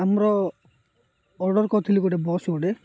ଆମର ଅର୍ଡ଼ର କରିଥିଲି ଗୋଟେ ବସ୍ ଗୋଟେ